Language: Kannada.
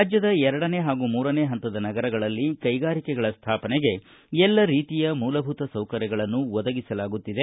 ರಾಜ್ಯದ ಎರಡನೇ ಹಾಗೂ ಮೂರನೇ ಹಂತದ ನಗರಗಳಲ್ಲಿ ಕೈಗಾರಿಕೆಗಳ ಸ್ಮಾಪನೆಗೆ ಎಲ್ಲ ರೀತಿಯ ಮೂಲಭೂತ ಸೌಕರ್ಯಗಳನ್ನು ಒದಗಿಸಲಾಗುತ್ತಿದೆ